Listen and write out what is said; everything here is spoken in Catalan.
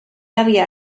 havia